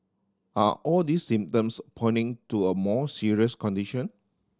are all these symptoms pointing to a more serious condition